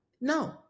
No